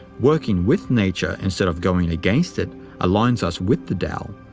working with nature instead of going against it aligns us with the tao,